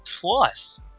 plus